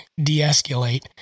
Deescalate